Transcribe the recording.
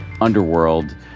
underworld